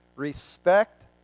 Respect